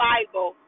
Bible